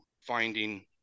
finding